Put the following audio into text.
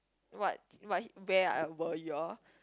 what what he where are were you all